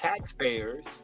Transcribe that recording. taxpayers